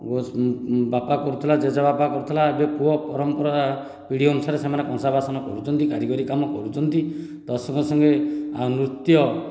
ପୁଅ ବାପା କରୁଥିଲା ଜେଜେବାପା କରୁଥିଲା ଏବେ ପୁଅ ପରମ୍ପରା ପିଢ଼ି ଅନୁସାରେ ସେମାନେ କଂସାବାସନ କରୁଛନ୍ତି କାରିଗରି କାମ କରୁଛନ୍ତି ତ ସଙ୍ଗେ ସଙ୍ଗେ ଆଉ ନୃତ୍ୟ